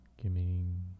giving